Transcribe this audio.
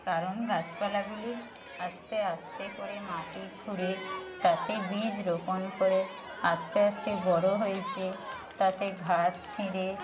কারণ গাছপালাগুলি আস্তে আস্তে করে মাটি খুঁড়ে তাতে বীজ রোপণ করে আস্তে আস্তে বড়ো হয়েচে তাতে ঘাস ছিঁড়ে